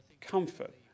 comfort